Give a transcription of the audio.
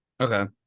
Okay